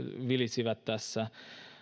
vilisivät tässä